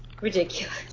ridiculous